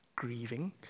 Grieving